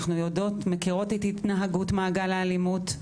אנחנו מכירות את התנהגות מעגל האלימות.